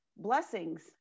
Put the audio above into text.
blessings